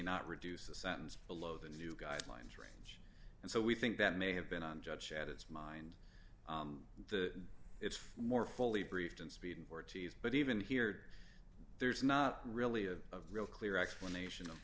not reduce the sentence below the new guidelines for and so we think that may have been on judge chad it's mind the it's more fully briefed in speeding forty's but even here there's not really a real clear explanation of